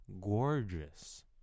gorgeous